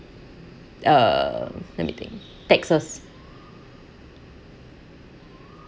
uh let me think texas